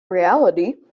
reality